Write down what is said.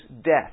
death